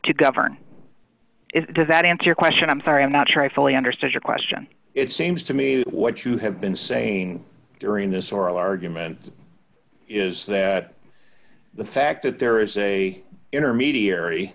to govern it does that answer your question i'm sorry i'm not sure i fully understand your question it seems to me what you have been saying during this oral argument is that the fact that there is a intermediary